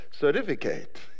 certificate